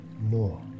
more